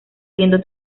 siendo